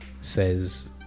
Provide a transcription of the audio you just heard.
says